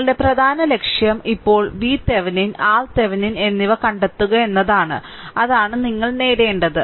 നിങ്ങളുടെ പ്രധാന ലക്ഷ്യം ഇപ്പോൾ VThevenin RThevenin എന്നിവ കണ്ടെത്തുക എന്നതാണ് അതാണ് നിങ്ങൾ നേടേണ്ടത്